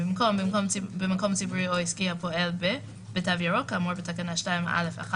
במקום "במקום ציבורי או עסקי הפועל ב "תו ירוק" כאמור בתקנה 2(א)(1),